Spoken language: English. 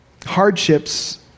Hardships